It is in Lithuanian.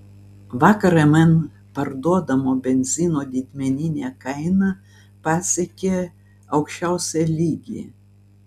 vakar mn parduodamo benzino didmeninė kaina pasiekė aukščiausią lygį